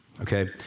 okay